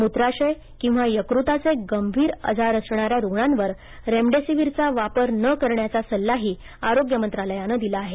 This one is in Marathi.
मूत्राशय किवा यकृताचे गंभीर आजार असणाऱ्यांना रुग्णांवर रेमेडेसिव्हीरचा वापर न करण्याचा सल्लाही आरोग्य मंत्रालयानं दिला आहे